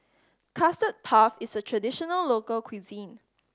Custard Puff is a traditional local cuisine